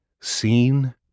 seen